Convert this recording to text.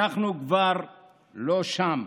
אנחנו כבר לא שם.